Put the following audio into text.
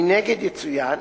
מנגד יצוין